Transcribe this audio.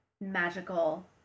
magical